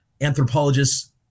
anthropologists